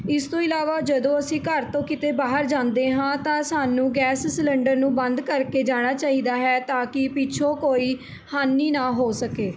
ਇਸ ਤੋਂ ਇਲਾਵਾ ਜਦੋਂ ਅਸੀਂ ਘਰ ਤੋਂ ਕਿਤੇ ਬਾਹਰ ਜਾਂਦੇ ਹਾਂ ਤਾਂ ਸਾਨੂੰ ਗੈਸ ਸਿਲੰਡਰ ਨੂੰ ਬੰਦ ਕਰਕੇ ਜਾਣਾ ਚਾਹੀਦਾ ਹੈ ਤਾਂ ਕਿ ਪਿੱਛੋਂ ਕੋਈ ਹਾਨੀ ਨਾ ਹੋ ਸਕੇ